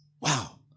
Wow